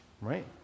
Right